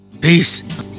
Peace